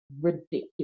ridiculous